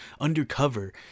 Undercover